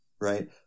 right